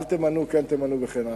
אל תמנו, כן תמנו וכן הלאה.